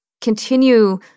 continue